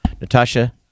Natasha